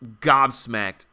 gobsmacked